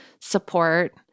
support